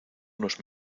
unos